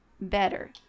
better